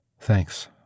Thanks